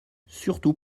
surtout